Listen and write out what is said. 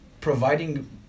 providing